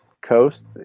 coast